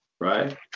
right